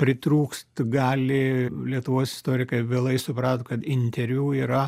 pritrūkst gali lietuvos istorikai vėlai suprato kad interviu yra